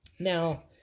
Now